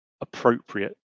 appropriate